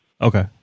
Okay